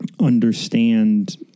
understand